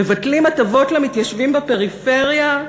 מבטלים הטבות למתיישבים בפריפריה?